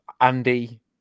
Andy